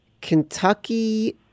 Kentucky